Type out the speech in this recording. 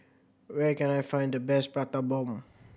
where can I find the best Prata Bomb